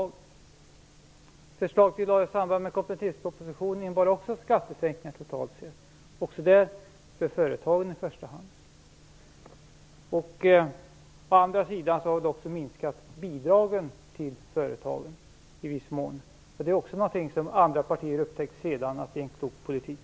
Också det förslag som vi lade fram i samband med kompletteringspropositionen innebar totalt sett skattesänkningar, även i det fallet i första hand för företagen. Å andra sidan har vi också i viss mån velat minska bidragen till företagen. Sedan har också andra partier upptäckt att det är en klok politik.